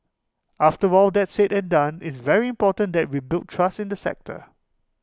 after all that's said and done it's very important that we build trust in the sector